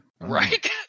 Right